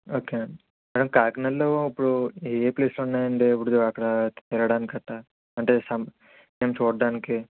okay అండి madam కాకినాడలో ఇప్పుడు ఏయే ప్లేసులు ఉన్నాయి అండి ఇప్పుడు అక్కడ తిరగడానికి కట్టా అంటే సం మేము చూడడానికి